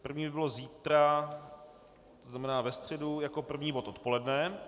První by byla zítra, tzn. ve středu, jako první bod odpoledne.